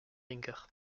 vainqueurs